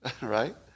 Right